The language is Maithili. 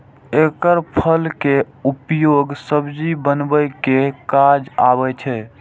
एकर फल के उपयोग सब्जी बनबै के काज आबै छै